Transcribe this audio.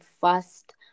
first